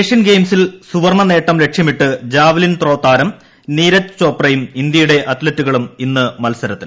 Asian ഗെയിംസിൽ സുവർണ്ണ നേട്ടം ലക്ഷ്യമിട്ട് ജാവ്ലിൻ ത്രോ താരം നീരജ് ചോപ്രയും ഇന്ത്യയുടെ അത്ലറ്റുകളും ഇന്ന് മത്സരത്തിന്